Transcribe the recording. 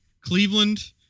Cleveland